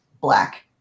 black